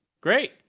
great